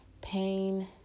pain